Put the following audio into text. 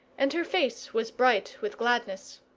and her face was bright with gladness.